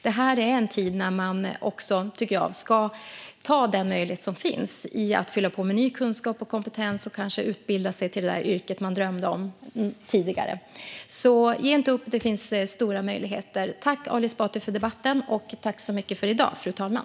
Detta är en tid då jag tycker att man ska ta den möjlighet som finns att fylla på med ny kunskap och kompetens - och kanske utbilda sig till det där yrket man tidigare drömde om. Ge alltså inte upp! Det finns stora möjligheter. Jag tackar Ali Esbati för debatten.